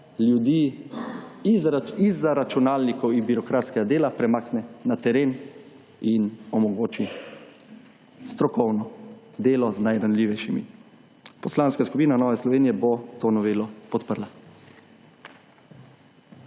ljudi izza računalnikov in birokratskega dela premakne na teren in omogoči strokovno delo z najranljivejšimi. Poslanska skupina Nove Slovenije bo to novelo podprla.